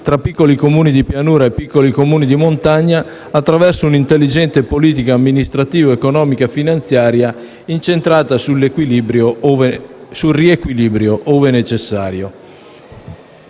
tra piccoli Comuni di pianura e piccoli Comuni di montagna, attraverso un'intelligente politica amministrativa, economica e finanziaria incentrata sul riequilibrio, ove necessario.